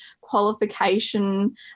qualification